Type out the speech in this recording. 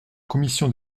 commission